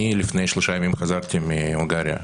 אני לפני שלושה ימים חזרתי מהונגריה,